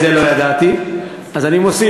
את זה לא ידעתי, אז אני מוסיף.